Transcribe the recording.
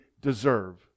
deserve